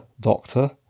Doctor